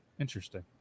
Interesting